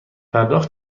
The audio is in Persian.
پرداخت